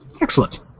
Excellent